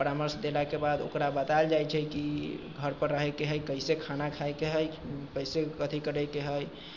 परामर्श देलाके बाद ओकरा बताओल जाइत छै कि घर पर रहैके हइ कइसे खाना खाइके हइ कइसे कथी करैके हइ